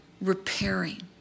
repairing